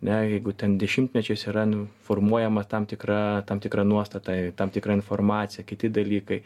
ane jeigu ten dešimtmečiais yra nu formuojama tam tikra tam tikra nuostata tam tikra informacija kiti dalykai